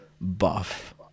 buff